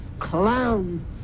Clown